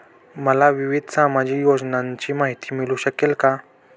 मला विविध सामाजिक योजनांची माहिती मिळू शकेल का?